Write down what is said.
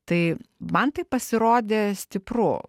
tai man tai pasirodė stipru